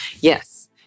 Yes